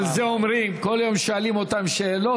על זה אומרים: כל יום ששואלים אותן שאלות,